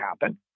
happen